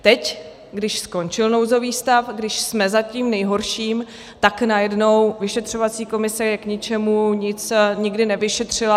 Teď, když skončil nouzový stav, když jsme za tím nejhorším, tak najednou vyšetřovací komise je k ničemu, nic nikdy nevyšetřila.